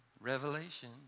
Revelation